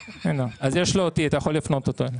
אז יש לו אותי, אתה יכול להפנות אותו.